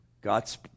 God's